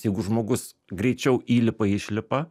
jeigu žmogus greičiau įlipa išlipa